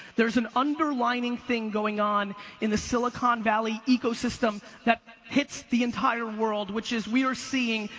there's an underlining thing going on in the silicon valley ecosystem that hits the entire world, which is, we're seeing,